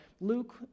Luke